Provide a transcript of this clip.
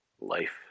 life